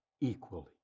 equally